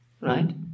Right